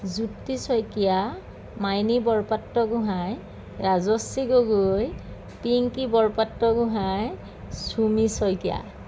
Jyoti Saikia Maini Borpatragohain Rajshree Gogoi Pinky Borpatragohain Chumi Saikia